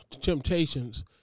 temptations